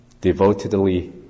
devotedly